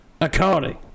according